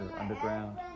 underground